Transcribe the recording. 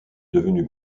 devenu